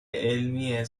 علمی